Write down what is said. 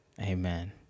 Amen